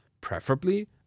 preferably